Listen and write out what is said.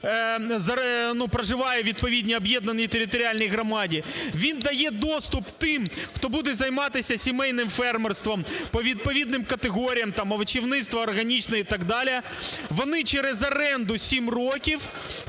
проживає у відповідній об'єднаній територіальній громаді. Він дає доступ тим, хто буде займатися сімейним фермерством по відповідним категоріям, там овочівництво органічне і так далі. Вони через оренду 7 років